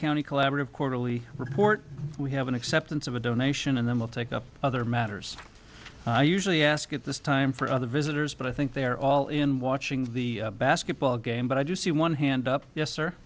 county collaborative quarterly report we have an acceptance of a donation and then we'll take up other matters i usually ask at this time for other visitors but i think they're all in watching the basketball game but i do see one hand up yes